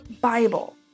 Bible